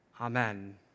Amen